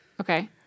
Okay